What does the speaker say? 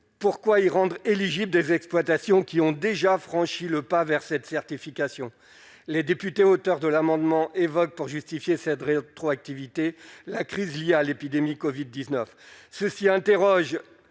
pourquoi ils rendent éligible des exploitations qui ont déjà franchi le pas vers cette certification, les députés, auteur de l'amendement évoque pour justifier cette rétroactivité la crise il y a l'épidémie Covid 19 ceci, interroge,